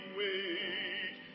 wait